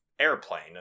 airplane